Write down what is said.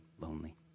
lonely